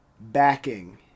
backing